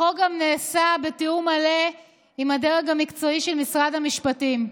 החוק גם נעשה בתיאום מלא עם הדרג המקצועי של משרד המשפטים.